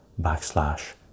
backslash